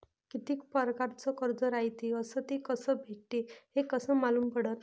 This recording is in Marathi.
कितीक परकारचं कर्ज रायते अस ते कस भेटते, हे कस मालूम पडनं?